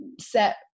set